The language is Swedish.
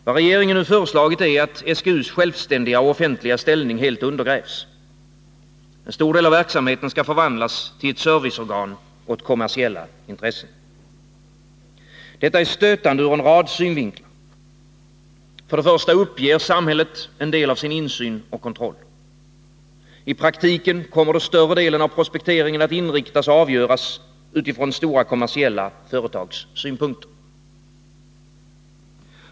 Vad regeringen nu föreslår är att SGU:s självständiga och offentliga ställning helt undergrävs. En stor del av verksamheten skall förvandlas till ett serviceorgan åt kommersiella intressen. Detta är stötande ur en rad synvinklar. För det första uppger samhället en del av sin insyn och kontroll. I praktiken kommer större delen av prospekteringen att inriktas och avgöras utifrån stora kommersiella företags synpunkter.